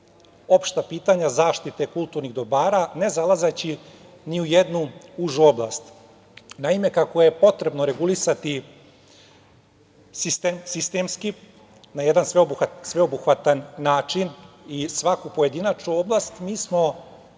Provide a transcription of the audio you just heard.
opšta pitanja zaštite kulturnih dobara, ne zalazeći ni u jednu užu oblast. Naime, kako je potrebno regulisati sistemski, na jedan sveobuhvatan način, i svaku pojedinačnu oblast, mi smo,